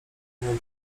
nią